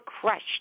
crushed